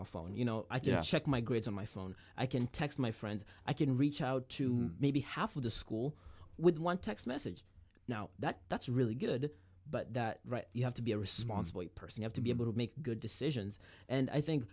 our phone you know i just checked my grades on my phone i can text my friends i can reach out to maybe half of the school with one text message now that that's really good but that you have to be a responsible person have to be able to make good decisions and i think